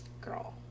girl